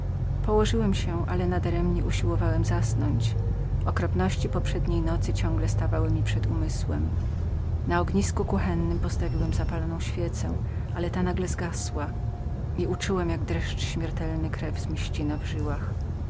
położyłem się ale nadaremnie usiłowałem zasnąć okropności przeszłej nocy ciągle stawały mi przed umysłem na ognisku kuchennem postawiłem zapaloną świecę gdy wtem ta nagle zagasła i uczułem jak dreszcz śmiertelny krew mi ścinał w żyłach